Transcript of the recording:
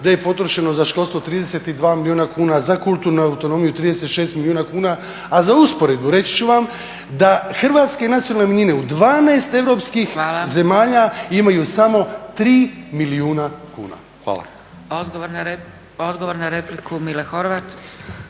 da je potrošeno za školstvo 32 milijuna kuna, za kulturnu autonomiju 36 milijuna kuna, a za usporedbu reći ću vam da hrvatske nacionalne manjine u 12 europskih zemalja imaju samo 3 milijuna kuna. Hvala. **Zgrebec, Dragica